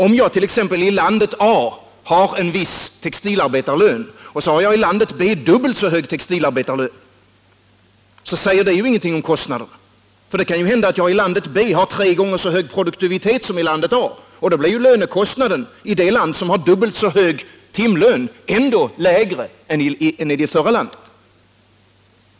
Om man i landet A har en viss textilarbetarlön men i landet B dubbelt så hög textilarbetarlön, säger detta ingenting om kostnaderna. Det kan ju hända att man i landet B har tre gånger så hög produktivitet som i landet A. Då blir lönekostnaden i det land som har dubbelt så hög timlön ändå lägre än i det andra landet.